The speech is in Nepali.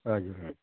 हजुर